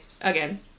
again